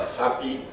happy